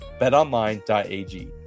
BetOnline.ag